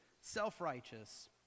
Self-righteous